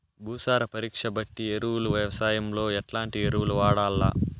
భూసార పరీక్ష బట్టి ఎరువులు వ్యవసాయంలో ఎట్లాంటి ఎరువులు వాడల్ల?